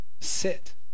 sit